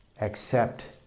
Accept